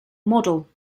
model